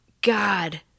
God